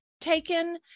Taken